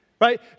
Right